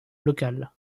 local